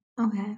Okay